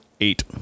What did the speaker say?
Eight